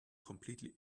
completely